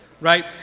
right